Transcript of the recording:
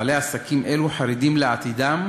בעלי עסקים אלה חרדים לעתידם,